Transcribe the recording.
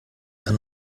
dann